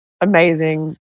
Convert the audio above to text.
amazing